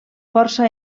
força